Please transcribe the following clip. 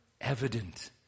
evident